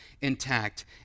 intact